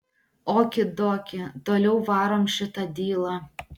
oki doki toliau varom šitą dylą